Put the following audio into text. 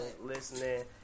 listening